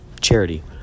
charity